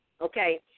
Okay